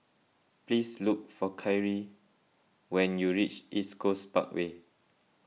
please look for Kyrie when you reach East Coast Parkway